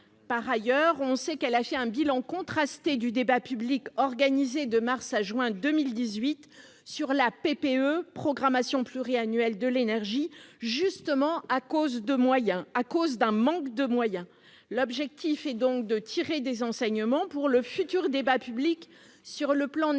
Par ailleurs, la Commission fait un bilan contrasté du débat public organisé de mars à juin derniers sur la programmation pluriannuelle de l'énergie, justement à cause d'un manque de moyens. L'objectif est donc d'en tirer des enseignements pour le futur débat public sur le plan national